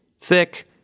thick